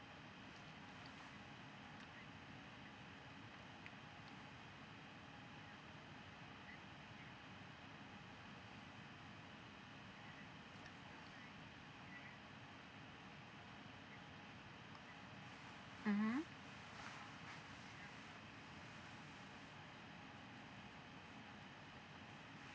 mmhmm